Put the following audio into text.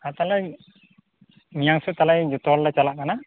ᱟᱨ ᱛᱟᱦᱚᱞᱮ ᱢᱮᱭᱟᱝ ᱥᱮᱫ ᱛᱟᱦᱚᱞᱮ ᱡᱚᱛᱚ ᱦᱚᱲᱞᱮ ᱪᱟᱞᱟᱜ ᱠᱟᱱᱟ